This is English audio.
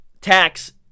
tax